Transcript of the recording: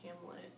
Hamlet